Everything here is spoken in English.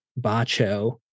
Bacho